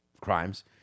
crimes